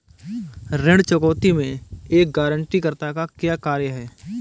ऋण चुकौती में एक गारंटीकर्ता का क्या कार्य है?